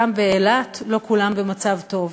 גם באילת לא כולם במצב טוב,